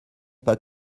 pas